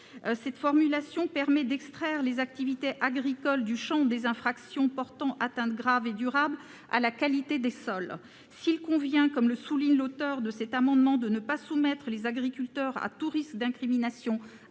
Cette formulation permet d'extraire les activités agricoles du champ des infractions portant des atteintes graves et durables à la qualité des sols. S'il convient, comme le soulignent les auteurs de cet amendement, de protéger les agriculteurs de tout risque d'incrimination